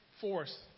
force